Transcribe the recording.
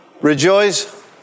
Rejoice